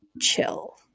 chill